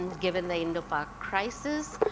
and given the indo-pak crisis.